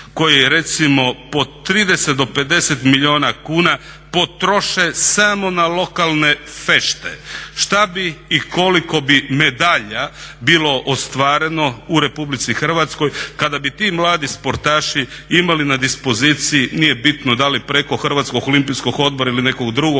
koje recimo po 30 do 50 milijuna kuna potroše samo na lokalne fešte. Šta bi i koliko bi medalja bilo ostvareno u Republici Hrvatskoj kada bi ti mladi sportaši imali na dispoziciji, nije bitno da li preko Hrvatskog olimpijskog odbora ili nekog drugog